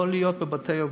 לא להיות בבתי-אבות,